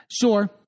Sure